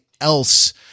else